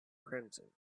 crimson